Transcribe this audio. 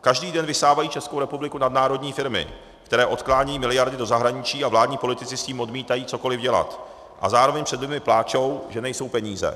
Každý den vysávají Českou republiku nadnárodní firmy, které odklánějí miliardy do zahraničí, a vládní politici s tím odmítají cokoliv dělat a zároveň před lidmi pláčou, že nejsou peníze.